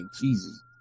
Jesus